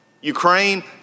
Ukraine